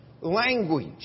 language